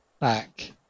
back